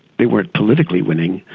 they weren't politically winning,